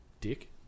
dick